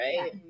right